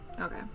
Okay